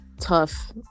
tough